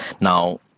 Now